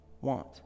want